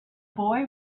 boy